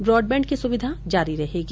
broadband की सुविधा जारी रहेगी